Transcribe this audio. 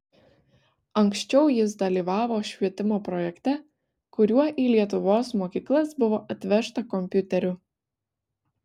anksčiau jis dalyvavo švietimo projekte kuriuo į lietuvos mokyklas buvo atvežta kompiuterių